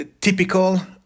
typical